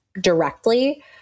directly